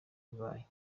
bibaye